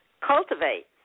cultivate